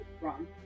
wrong